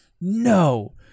No